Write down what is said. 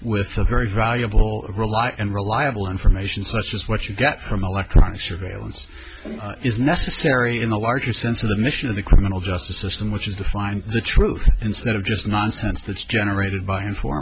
with a very valuable ally and reliable information such as what you get from electronic surveillance is necessary in a larger sense of the mission of the criminal justice system which is to find the truth instead of just nonsense that's generated by info